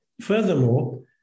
Furthermore